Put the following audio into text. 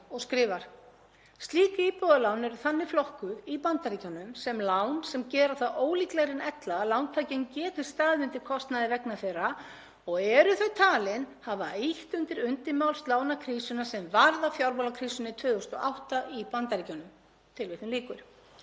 og eru þau talin hafa ýtt undir undirmálslánakrísuna sem varð að fjármálakrísunni 2008 í Bandaríkjunum.“ Opinberar stofnanir og félagasamtök í Bandaríkjunum hafa sérstaklega varað lántaka við slíkum lánum og ráðlagt að taka ekki slík lán. Áfram segir: